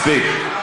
מספיק.